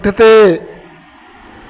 पुठिते